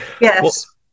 yes